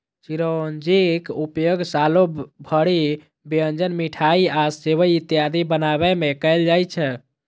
चिरौंजीक उपयोग सालो भरि व्यंजन, मिठाइ आ सेवइ इत्यादि बनाबै मे कैल जाइ छै